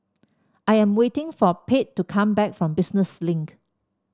I am waiting for Pate to come back from Business Link